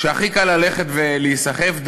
שהכי קל ללכת ולהיסחף,